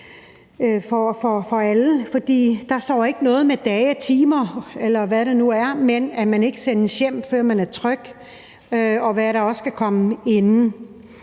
for alle; for der står ikke noget med dage og timer, eller hvad det nu er, men at man ikke sendes hjem, før man er tryg, som man også skal være det